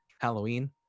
Halloween